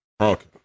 Okay